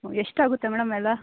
ಓ ಎಷ್ಟಾಗುತ್ತೆ ಮೇಡಮ್ ಎಲ್ಲ